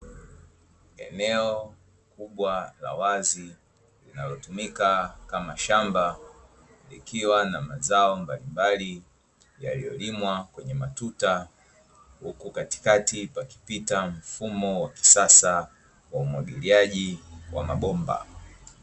Eneo kubwa la wazi linalotumika kama shamba, likiwa na mazao mbalimbali yaliyolimwa kwenye matuta, huku katikati pakipita mfumo wa kisasa wa umwagiliaji wa mabomba.